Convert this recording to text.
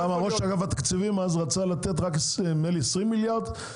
ראש אגף התקציבים דאז רצה לתת רק 20 מיליארד ₪,